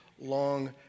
long